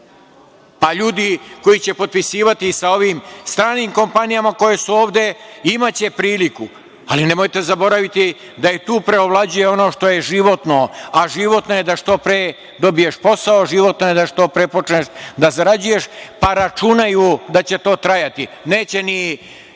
Pa ljudi koji će potpisivati sa ovim stranim kompanijama koje su ovde, imaće priliku, ali nemojte zaboraviti da i tu preovlađuje ono što je životno, a životno je da što pre dobiješ posao, životno je da što pre počneš da zarađuješ, pa računaju da će to trajati. Neće ni